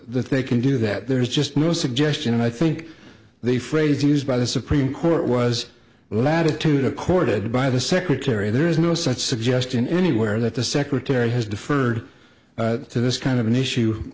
that they can do that there's just no suggestion and i think the phrase used by the supreme court was the latitude accorded by the secretary there is no such suggestion anywhere that the secretary has deferred to this kind of an issue